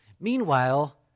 Meanwhile